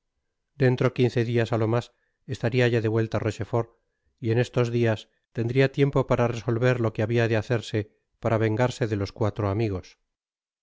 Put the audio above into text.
dentro quince dias á lo mas estaria ya de vuelta rochefort y en estos dias tendria tiempo para resolver lo que habia de hacerse para vengarse de los cuatro amigos